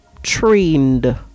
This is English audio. trained